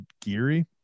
Geary